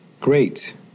Great